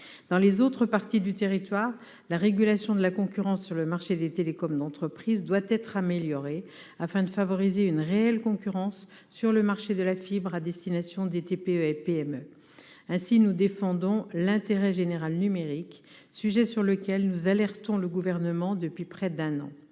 Dans les autres parties du territoire, la régulation de la concurrence sur le marché des télécommunications d'entreprise doit être améliorée afin de favoriser une réelle concurrence sur le marché de la fibre à destination des TPE et PME. Ainsi, nous défendons l'« intérêt général numérique », sujet sur lequel nous alertons le Gouvernement depuis près d'un an.